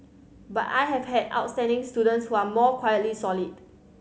but I have had outstanding students who are more quietly solid